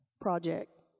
Project